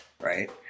right